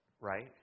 right